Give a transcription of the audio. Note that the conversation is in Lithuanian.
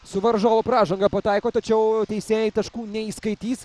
su varžovo pražanga pataiko tačiau teisėjai taškų neįskaitys